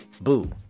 Boo